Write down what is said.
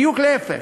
בדיוק להפך,